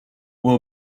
will